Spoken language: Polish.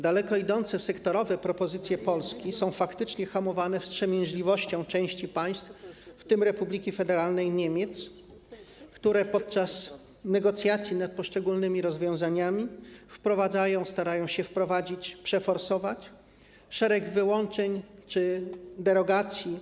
Daleko idące sektorowe propozycje Polski są faktycznie hamowane przez wstrzemięźliwość części państw, w tym Republiki Federalnej Niemiec, które podczas negocjacji nad poszczególnymi rozwiązaniami starają się przeforsować szereg wyłączeń czy derogacji.